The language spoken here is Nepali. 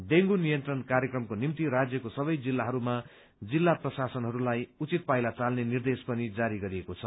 डेंगू नियन्त्रण कार्यक्रमको निम्ति राज्यको सबै जिल्लाहरूमा जिल्ला प्रशासनहरूलाई उचित पाइला चाल्ने निर्देश पनि जारी गरिएको छ